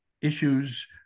issues